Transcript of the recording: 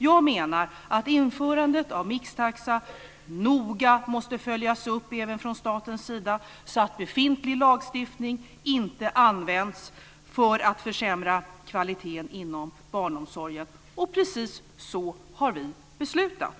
Jag menar att införandet av mixtaxa noga måste följas upp även från statens sida, så att befintlig lagstiftning inte används för att försämra kvaliteten inom barnomsorgen, och precis så har vi beslutat.